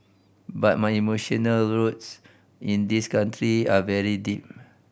but my emotional roots in this country are very deep